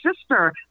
sister